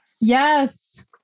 Yes